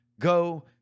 go